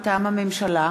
מטעם הממשלה: